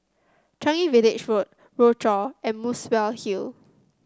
Changi Village Road Rochor and Muswell Hill